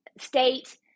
state